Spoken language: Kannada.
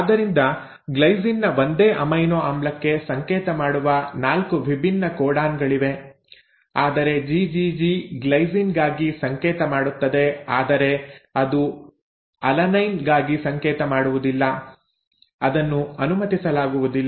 ಆದ್ದರಿಂದ ಗ್ಲೈಸಿನ್ ನ ಒಂದೇ ಅಮೈನೊ ಆಮ್ಲಕ್ಕೆ ಸಂಕೇತ ಮಾಡುವ 4 ವಿಭಿನ್ನ ಕೋಡಾನ್ ಗಳಿವೆ ಆದರೆ ಜಿಜಿಜಿ ಗ್ಲೈಸಿನ್ ಗಾಗಿ ಸಂಕೇತ ಮಾಡುತ್ತದೆ ಆದರೆ ಅದು ಅಲನೈನ್ ಗಾಗಿ ಸಂಕೇತ ಮಾಡುವುದಿಲ್ಲ ಅದನ್ನು ಅನುಮತಿಸಲಾಗುವುದಿಲ್ಲ